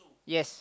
yes